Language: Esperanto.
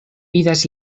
vidas